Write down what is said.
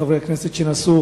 חברי הכנסת שנסעו